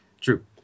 True